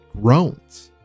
groans